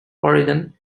oregon